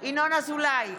ינון אזולאי,